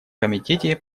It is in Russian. комитете